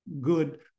good